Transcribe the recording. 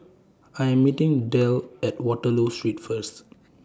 I Am meeting Delle At Waterloo Street First